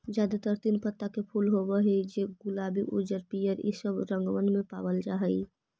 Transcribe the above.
जादेतर तीन पत्ता के फूल होब हई जे गुलाबी उज्जर पीअर ईसब रंगबन में पाबल जा हई